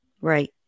Right